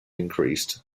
increased